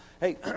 hey